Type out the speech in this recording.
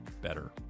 better